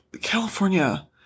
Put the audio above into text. California